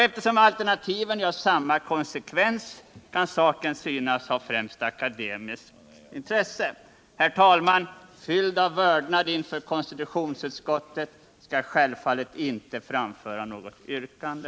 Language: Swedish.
Eftersom alternativen ju har samma konsekvens, kan saken tyckas främst vara av akademiskt intresse. Herr talman! Fylld av vördnad inför konstitutionsutskottet skall jag självfallet inte framföra något yrkande.